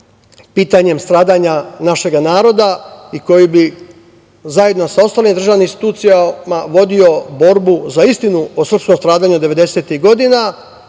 pitanjem stradanja našeg naroda i koji bi zajedno sa ostalim državnim institucijama vodio borbu za istinu o srpskom stradanju devedesetih